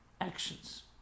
actions